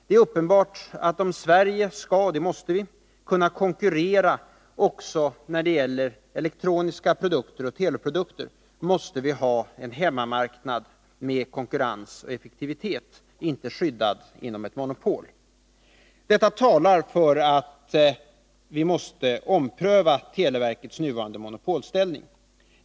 Det är uppenbart att om vi i Sverige skall kunna — och det måste vi — konkurrera också när det gäller elektroniska produkter och teleprodukter, så måste vi ha en hemmamarknad med konkurrens och effektivitet, inte skyddad genom ett monopol. Detta talar för att vi måste ompröva televerkets nuvarande monopolställning.